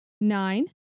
Nine